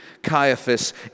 Caiaphas